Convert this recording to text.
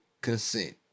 consent